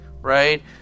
right